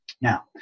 Now